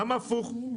למה הפוך?